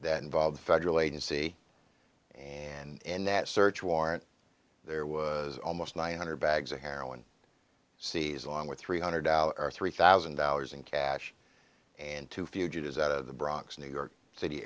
that involved federal agency and that search warrant there was almost one hundred bags of heroin sees along with three hundred or three thousand dollars in cash and two fugitives at the bronx new york city